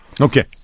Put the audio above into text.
Okay